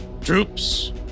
Troops